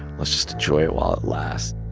let's just enjoy it while it lasts.